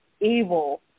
evil